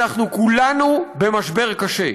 אנחנו כולנו במשבר קשה.